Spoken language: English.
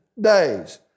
days